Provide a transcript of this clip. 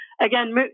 again